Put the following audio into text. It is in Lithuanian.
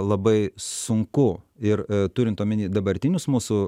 labai sunku ir turint omenyje dabartinius mūsų